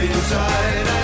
inside